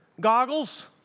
goggles